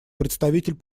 представитель